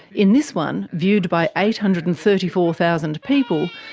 in this one, viewed by eight hundred and thirty four thousand people,